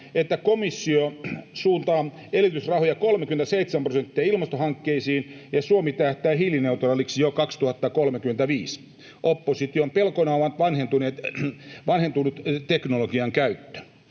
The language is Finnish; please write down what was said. että komissio suuntaa elvytysrahoista 37 prosenttia ilmastohankkeisiin ja Suomi tähtää hiilineutraaliksi jo 2035. Opposition pelkona on vanhentuvan teknologian käyttö.